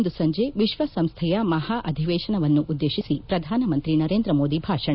ಇಂದು ಸಂಜೆ ವಿಶ್ವಸಂಸ್ನೆಯ ಮಹಾ ಅಧಿವೇಶನವನ್ನು ಉದ್ದೇತಿಸಿ ಪ್ರಧಾನಮಂತ್ರಿ ನರೇಂದ್ರ ಮೋದಿ ಭಾಷಣ